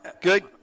Good